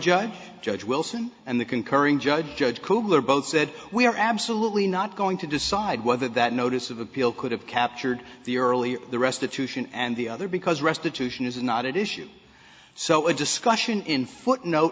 judge judge wilson and the concurring judge judge kobler both said we are absolutely not going to decide whether that notice of appeal could have captured the earlier the restitution and the other because restitution is not at issue so a discussion in footnote